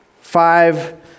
five